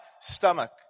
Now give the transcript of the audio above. stomach